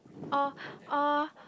oh oh